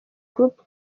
group